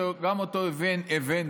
שגם אותו הבאנו,